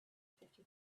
fifty